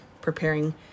preparing